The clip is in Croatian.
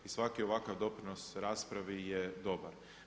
I svaki ovakav doprinos raspravi je dobar.